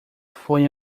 foi